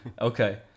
Okay